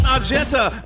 Argenta